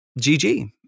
GG